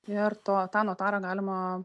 ir to tą notarą galima